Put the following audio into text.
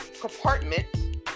compartment